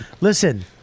Listen